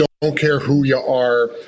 don't-care-who-you-are